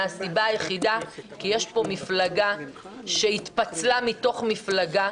מהסיבה היחידה שיש פה מפלגה שהתפצלה מתוך מפלגה,